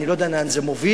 אני לא יודע לאן זה מוביל,